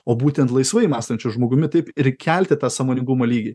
o būtent laisvai mąstančiu žmogumi taip ir kelti tą sąmoningumo lygį